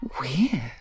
Weird